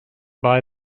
buy